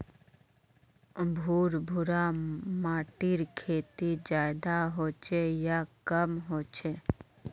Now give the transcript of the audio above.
भुर भुरा माटिर खेती ज्यादा होचे या कम होचए?